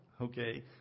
Okay